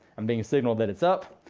i'm being signaled that it's up.